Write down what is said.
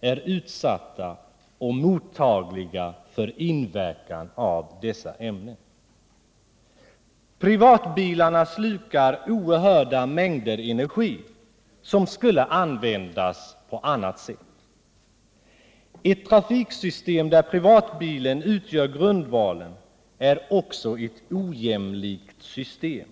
är utsatta och mottagliga för inverkan av dessa ämnen. Privatbilarna slukar oerhörda mängder energi, som skulle kunna användas på ett annat sätt. Ett trafiksystem där privatbilen utgör grundvalen är också ett ojämlikt system.